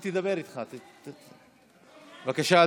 בבקשה,